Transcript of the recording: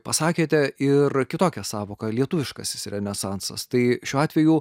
pasakėte ir kitokią sąvoką lietuviškasis renesansas tai šiuo atveju